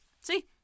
see